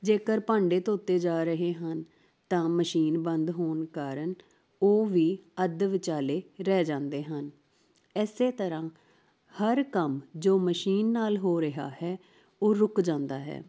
ਜੇਕਰ ਭਾਂਡੇ ਧੋਤੇ ਜਾ ਰਹੇ ਹਨ ਤਾਂ ਮਸ਼ੀਨ ਬੰਦ ਹੋਣ ਕਾਰਨ ਉਹ ਵੀ ਅੱਧ ਵਿਚਾਲੇ ਰਹਿ ਜਾਂਦੇ ਹਨ ਇਸੇ ਤਰ੍ਹਾਂ ਹਰ ਕੰਮ ਜੋ ਮਸ਼ੀਨ ਨਾਲ ਹੋ ਰਿਹਾ ਹੈ ਉਹ ਰੁੱਕ ਜਾਂਦਾ ਹੈ